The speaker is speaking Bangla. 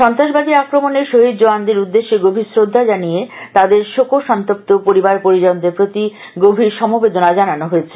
সন্ত্রাসবাদী আক্রমনে শহীদ জওয়ানদের উদ্দেশে গভীর শ্রদ্ধা জানিয়ে তাঁদের শোক সন্তপ্ত পরিবার পরিজনদের প্রতি গভীর সমবেদনা জানানো হয়েছে